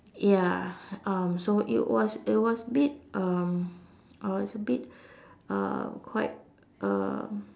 ya um so it was it was a bit um I was a bit uh quite um